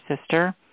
sister